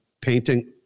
painting